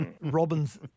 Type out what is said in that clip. Robin's